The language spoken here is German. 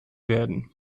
werden